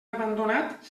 abandonat